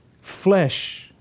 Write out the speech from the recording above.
Flesh